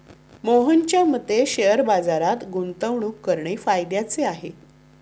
मोहनच्या मते शेअर बाजारात गुंतवणूक करणे फायद्याचे आहे